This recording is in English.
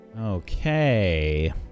Okay